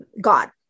God